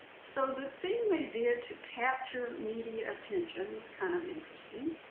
so the thing they did to capture media attention was kind of interesting.